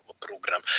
program